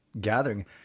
gathering